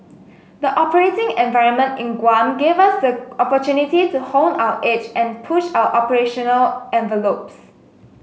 the operating environment in Guam gave us the opportunity to hone our edge and push our operational envelopes